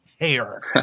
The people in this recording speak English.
hair